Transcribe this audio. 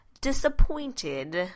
disappointed